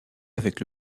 avec